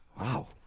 Wow